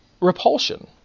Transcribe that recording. repulsion